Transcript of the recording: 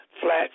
flats